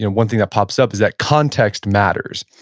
and one thing that pops up is that context matters.